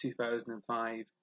2005